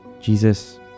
Jesus